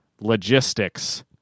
logistics